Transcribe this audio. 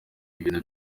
ibintu